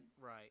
right